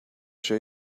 sure